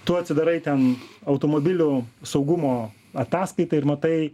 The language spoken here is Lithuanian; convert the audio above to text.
tu atsidarai ten automobilių saugumo ataskaitą ir matai